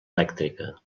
elèctrica